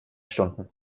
stunden